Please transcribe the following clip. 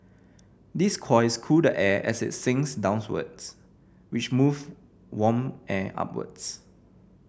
these coils cool the air as it sinks down wards which move warm air upwards